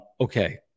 Okay